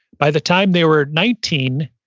by the time they were nineteen,